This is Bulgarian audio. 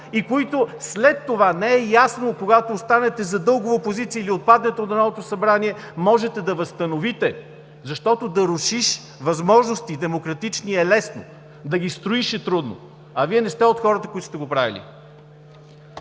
и които след това не е ясно, когато останете задълго в опозиция или отпаднете от Народното събрание, можете да възстановите. Защото да рушиш демократични възможности е лесно, но да ги строиш е трудно, а Вие не сте от хората, които сте го правили.